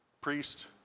priest